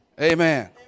Amen